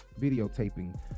videotaping